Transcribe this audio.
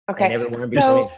okay